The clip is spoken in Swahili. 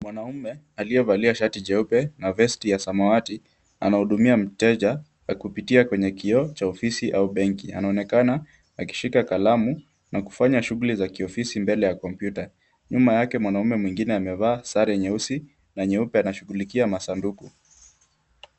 Mwanamme aliyevalia shati jeupe na vesti ya samawati anahudumia mteja kwa kupitia kwenye kioo cha ofisi au benki. Anaonekana akishika kalamu na kufanya shughuli za kiofisi mbele ya kompyuta. Nyuma yake mwanamme mwingine amevaa sare nyeusi na nyeupe na anashughulikia masanduku.